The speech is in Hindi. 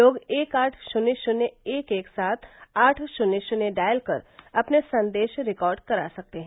लोग एक आठ शून्य शून्य एक एक सात आठ शून्य शून्य डायल कर अपने संदेश रिकार्ड करा सकते हैं